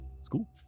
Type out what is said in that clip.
School